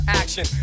action